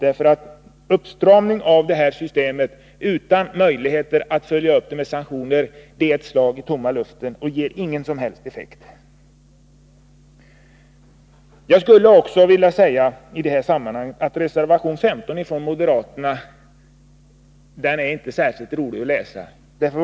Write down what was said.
En uppstramning av detta system utan möjligheter att följa upp det med sanktioner är ett slag i tomma luften och ger ingen som helst effekt. Jag skulle i detta sammanhang också vilja säga att reservation 15 från moderaterna inte är särskilt rolig att läsa.